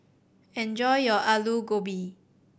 enjoy your Alu Gobi